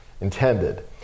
intended